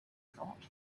thought